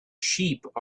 sheep